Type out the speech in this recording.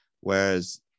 Whereas